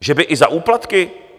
Že by i za úplatky?